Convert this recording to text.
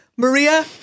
Maria